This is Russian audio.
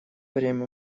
время